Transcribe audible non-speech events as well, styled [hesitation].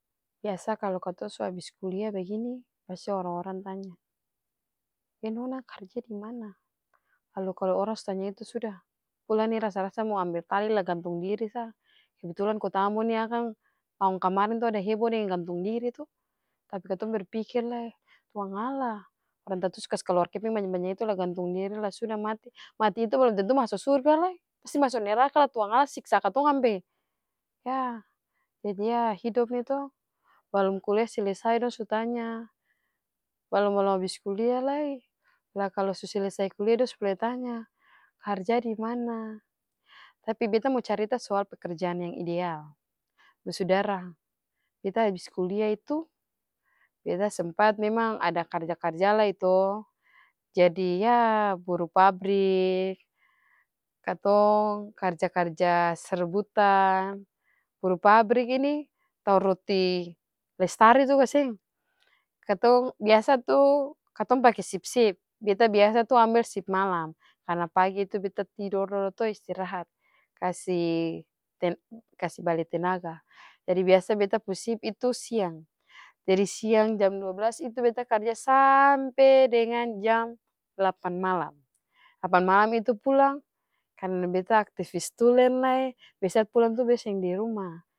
Biasa kalu katong su abis kulia bagini, pasti orang-orang tanya, [hesitation] nona karja dimana, lalu kalu orang su tanya itu sudah pulang deng rasa-rasa mo ambel tali lah gantong diri sa, kebetulan kota ambon nih akang taong kamareng akang ada hebo deng gantong diri to, tapi katong berpikir lai tuangalla orang tatua su kasi kaluar kepeng banya-banya itu lah gantong diri lah sudah mati, mati itu balom tentu maso surga lai, pasti maso neraka lah tuangalla siksa katong sampe yah jadi yah hidup nih toh balom kuliah selesai dong su tanya, balom-balom abis kulia lai? Lah kalu su selesai kulia dong sumulai tanya karja dimana. Tapi beta mo carita tentang pekerjaan yang ideal, basudara beta abis kulia itu beta sempat memang ada karja-karja lai to jadi yah buru pabrik, katong karja-karja serabutan, buru pabrik ini tau roti lestari tuh kaseng, katong biasa tuh katong pake sip-sip beta biasa ambel sip malam karna pagi tuh beta tidor dolo to istirahat kasi [hesitation] kasi bale tenaga, jadi biasa beta pung sip itu siang, jadi siang jam dua blas itu beta karja sampe dengan jam lapan malam, lapan malam itu pulang karna beta aktivis tulen lai biasa pulang tuh beta seng diruma.